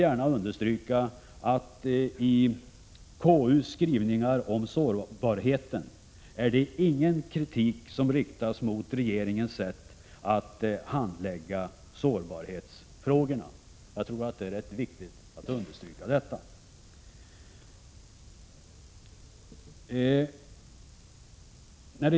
Jag vill understryka att det i konstitutionsutskottets skrivningar om sårbarheten inte riktas någon kritik mot regeringens sätt att handlägga sårbarhetsfrågorna. Jag tror att det är rätt viktigt att understryka detta.